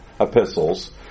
epistles